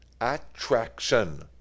attraction